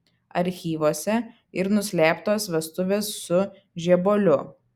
archyvuose ir nuslėptos vestuvės su žebuoliu